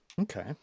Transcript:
okay